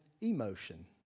emotion